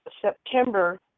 September